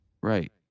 right